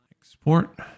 Export